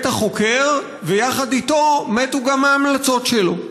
מת החוקר, ויחד איתו מתו גם ההמלצות שלו.